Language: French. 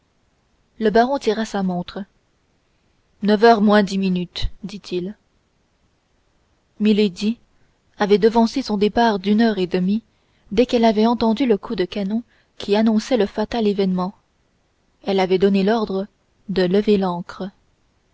le baron tira sa montre neuf heures moins dix minutes dit-il milady avait avancé son départ d'une heure et demie dès qu'elle avait entendu le coup de canon qui annonçait le fatal événement elle avait donné l'ordre de lever l'ancre